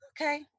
okay